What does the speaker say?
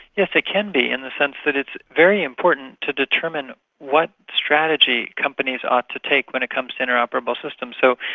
yes, it can be in the sense that it's very important to determine what strategy companies ought to take when it comes to interoperable systems. so,